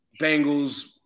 Bengals